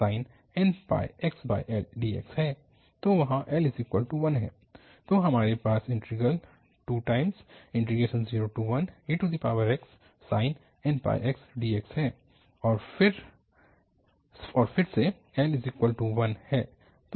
तो वहाँ l1 है तो हमारे पास इन्टीग्रल 201exsin nπx dx है और फिर से l1 है